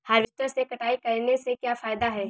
Harvester से कटाई करने से क्या फायदा है?